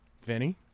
Vinny